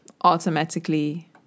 automatically